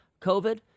covid